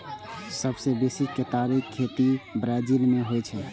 सबसं बेसी केतारी के खेती ब्राजील मे होइ छै